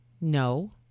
No